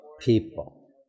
people